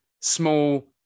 small